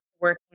working